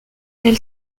elle